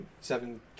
seven